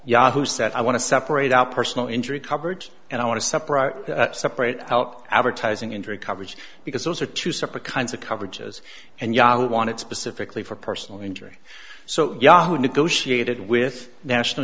yahoo said i want to separate out personal injury coverage and i want to separate the separate out advertising injury coverage because those are two separate kinds of coverages and yahoo wanted specifically for personal injury so yahoo negotiated with national